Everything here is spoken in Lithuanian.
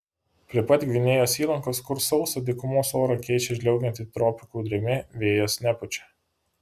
prie pat gvinėjos įlankos kur sausą dykumos orą keičia žliaugianti tropikų drėgmė vėjas nepučia